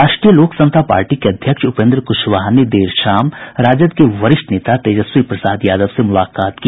राष्ट्रीय लोक समता पार्टी के अध्यक्ष उपेंद्र कुशवाहा ने देर शाम राजद के वरिष्ठ नेता तेजस्वी प्रसाद यादव से मुलाकात की